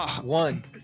one